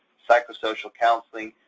psychosocial counseling,